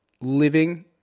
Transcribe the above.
living